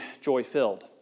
joy-filled